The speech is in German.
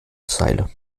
zeile